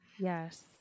Yes